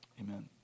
amen